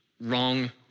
wrong